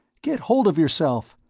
get hold of yourself!